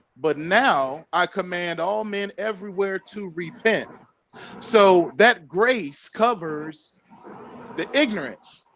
but now i command all men everywhere to repent so that grace covers the ignorance,